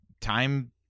time